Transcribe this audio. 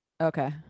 Okay